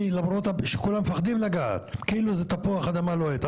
C למרות שכולם מפחדים לגעת כאילו זה פתוח אדמה לוהט.